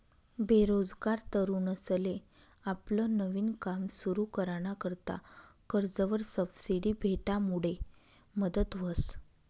बेरोजगार तरुनसले आपलं नवीन काम सुरु कराना करता कर्जवर सबसिडी भेटामुडे मदत व्हस